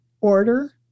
order